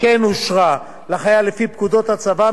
כן אושרה לחייל לפי פקודות הצבא,